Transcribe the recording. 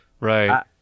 right